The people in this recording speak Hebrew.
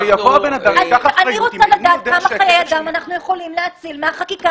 אז אני רוצה לדעת כמה חיי אדם אנחנו יכולים להציל מהחקיקה